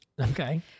Okay